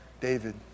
David